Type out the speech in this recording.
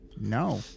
No